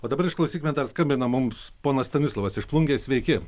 o dabar išklausykime dar skambina mums ponas stanislovas iš plungės sveiki